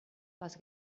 les